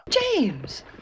James